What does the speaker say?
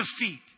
defeat